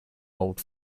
old